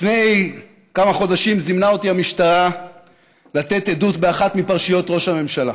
לפני כמה חודשים זימנה אותי המשטרה לתת עדות באחת מפרשיות ראש הממשלה.